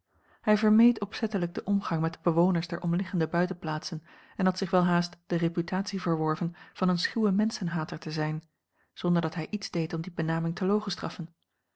hij vermeed opzettelijk den omgang met de bewoners der omliggende buitenplaatsen en had zich welhaast de reputatie verworven van een schuwe menschenhater te zijn zonder dat hij iets deed om die benaming